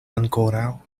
ankoraŭ